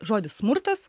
žodis smurtas